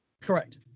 Correct